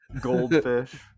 Goldfish